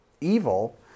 evil